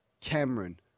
Cameron